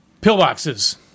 Pillboxes